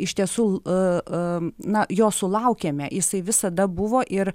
iš tiesų a a na jo sulaukėme jisai visada buvo ir